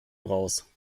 raus